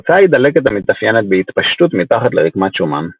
התוצאה היא דלקת המתאפיינת בהתפשטות מתחת לרקמת שומן.